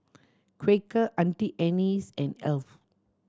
Quaker Auntie Anne's and Alf